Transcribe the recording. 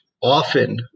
often